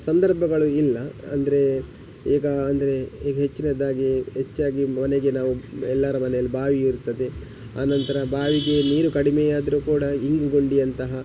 ಸಂದರ್ಭಗಳು ಇಲ್ಲ ಅಂದರೆ ಈಗ ಅಂದರೆ ಈಗ ಹೆಚ್ಚಿನದಾಗಿ ಹೆಚ್ಚಾಗಿ ಮನೆಗೆ ನಾವು ಎಲ್ಲರ ಮನೆಯಲ್ಲಿ ಬಾವಿಯು ಇರ್ತದೆ ಆನಂತರ ಬಾವಿಗೆ ನೀರು ಕಡಿಮೆ ಆದರೂ ಕೂಡ ಇಂಗು ಗುಂಡಿಯಂತಹ